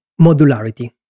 Modularity